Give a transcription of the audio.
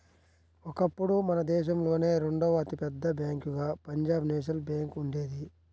ఒకప్పుడు మన దేశంలోనే రెండవ అతి పెద్ద బ్యేంకుగా పంజాబ్ నేషనల్ బ్యేంకు ఉండేది